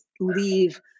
leave